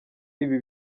ibi